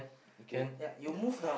okay ya